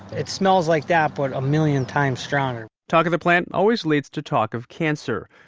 it smells like that, but a million times stronger talk of the plant always leads to talk of cancer.